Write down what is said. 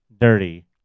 dirty